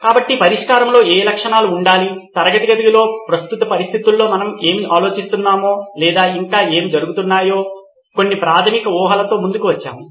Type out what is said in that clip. కాబట్టి పరిష్కారంలో ఏ లక్షణాలు ఉండాలి తరగతి గదిలో ప్రస్తుత పరిస్థితుల్లో మనం ఏమి ఆలోచిస్తున్నామో లేదా ఇంకా ఏమి జరుగుతున్నాయో కొన్ని ప్రాథమిక ఊహలతో ముందుకు వచ్చాము